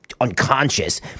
unconscious